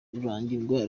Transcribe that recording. rurangirwa